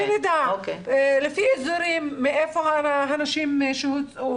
שנדע מהיכן הנשים שהוצאו